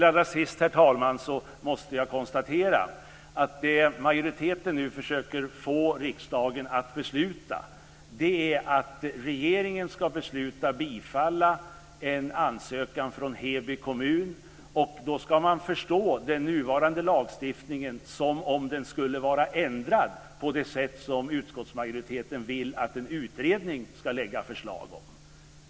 Allra sist, herr talman, måste jag konstatera att vad majoriteten nu försöker få riksdagen att uttala är att regeringen ska besluta att bifalla en ansökan från Då ska man förstå den nuvarande lagstiftningen som om den skulle vara ändrad på det sätt som utskottsmajoriteten vill att en utredning ska lägga fram förslag om.